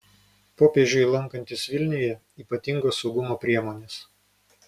popiežiui lankantis vilniuje ypatingos saugumo priemonės